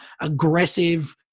aggressive